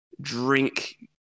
drink